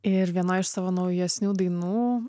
ir vienoj iš savo naujesnių dainų